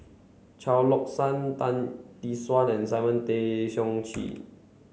Chao San Tan Tee Suan and Simon Tay Seong Chee